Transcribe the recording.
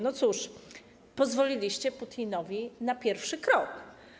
No cóż, pozwoliliście Putinowi na pierwszy krok.